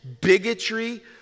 bigotry